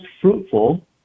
fruitful